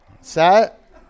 Set